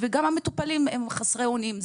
גם המטופלים הם חסרי אונים.